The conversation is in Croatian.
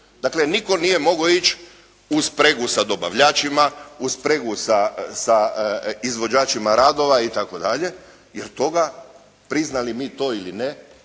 Dakle nitko nije mogao ići u spregu sa dobavljačima, u spregu sa izvođačima radova itd. jer toga priznali mi to ili ne,